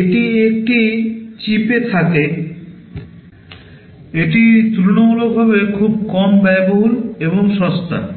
এটি একটি চিপে থাকে এটি তুলনামূলকভাবে খুব কম ব্যয়বহুল এবং সস্তা